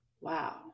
wow